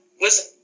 Listen